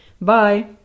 Bye